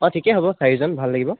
অঁ ঠিকে হ'ব চাৰিজন ভাল লাগিব